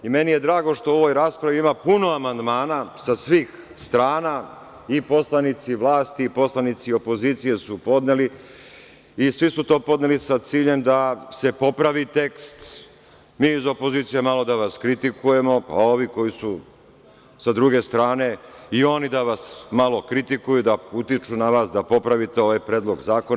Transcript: Meni je drago što u ovoj raspravi ima puno amandmana sa svih strana, i poslanici vlasti i poslanici opozicije su podneli i svi su to podneli sa ciljem da se popravi tekst, mi iz opozicije malo da vas kritikujemo, pa ovi koji su sa druge strane, i oni da vas malo kritikuju, da utiču na vas da popravite ovaj predlog zakona.